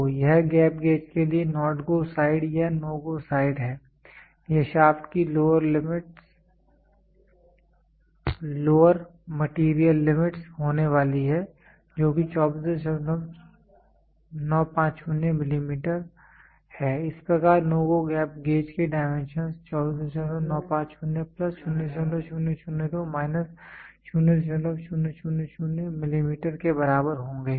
तो यह gap gauge के लिए NOT GO साइड या NO GO साइड है यह शाफ्ट की lower limits lower material limits होने वाली है जो कि 24950 मिलीमीटर है इस प्रकार NO GO गैप गेज के डाइमेंशंस 24950 प्लस 0002 माइनस 0000 मिलीमीटर के बराबर होंगे